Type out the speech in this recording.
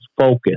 focus